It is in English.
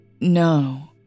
No